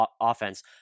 offense